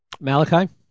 Malachi